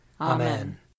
Amen